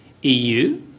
EU